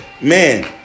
man